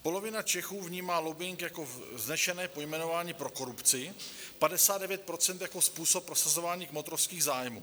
Polovina Čechů vnímá lobbing jako vznešené pojmenování pro korupci, 59 % jako způsob prosazování kmotrovských zájmů.